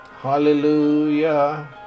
Hallelujah